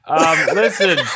listen